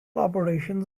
operations